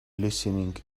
listening